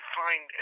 find